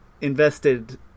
invested